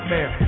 Man